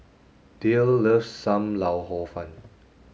Dayle loves Sam Lau Hor Fun